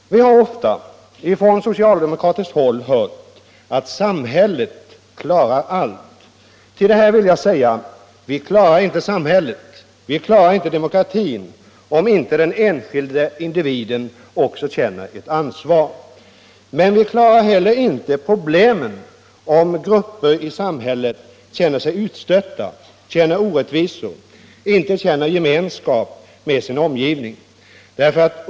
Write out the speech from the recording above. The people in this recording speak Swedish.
Vi har ofta från socialdemokratiskt håll hört att samhället klarar allt. Till det vill jag säga: Vi klarar inte samhället och vi klarar inte demokratin, om inte den enskilda individen känner ett ansvar. Men vi klarar heller inte problemen, om grupper i samhället känner sig utstötta, känner sig orättvist behandlade — inte känner gemenskap med sin omgivning.